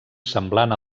semblant